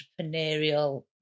entrepreneurial